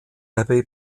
abbey